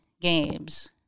games